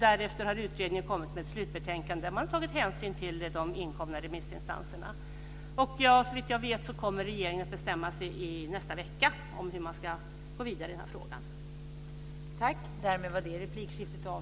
Därefter har utredningen kommit med ett slutbetänkande där man har tagit hänsyn till de inkomna svaren från remissinstanserna. Såvitt jag vet kommer regeringen att bestämma sig i nästa vecka hur man ska gå vidare i den här frågan.